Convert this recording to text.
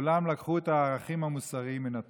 כולם לקחו את הערכים המוסריים מן התורה.